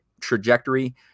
trajectory